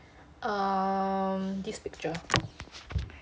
err this picture